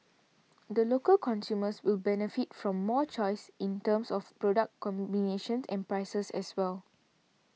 the local consumers will benefit from more choice in terms of product combinations and prices as well